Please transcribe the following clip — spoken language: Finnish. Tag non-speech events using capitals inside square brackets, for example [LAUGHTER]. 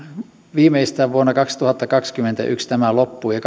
viimeistään vuonna kaksituhattakaksikymmentäyksi tämä loppuu ja [UNINTELLIGIBLE]